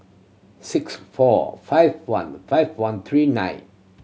six four five one five one three nine